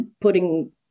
putting